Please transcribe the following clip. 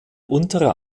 unterer